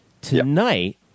Tonight